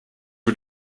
mit